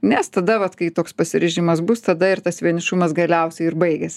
nes tada vat kai toks pasiryžimas bus tada ir tas vienišumas galiausiai ir baigias